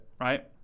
right